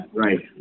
right